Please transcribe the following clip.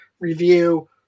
review